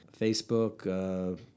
Facebook